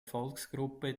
volksgruppe